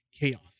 chaos